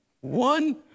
One